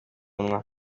munwa